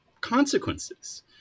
consequences